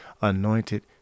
anointed